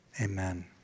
amen